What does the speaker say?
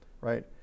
Right